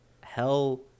hell